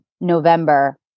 november